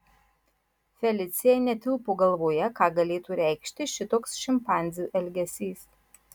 felicijai netilpo galvoje ką galėtų reikšti šitoks šimpanzių elgesys